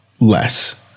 less